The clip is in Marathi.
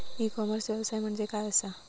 ई कॉमर्स व्यवसाय म्हणजे काय असा?